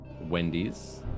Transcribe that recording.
Wendy's